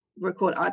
record